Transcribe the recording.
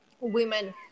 women